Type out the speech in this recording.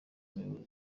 umuyobozi